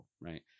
right